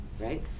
Right